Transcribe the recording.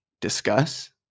discuss